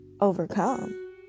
overcome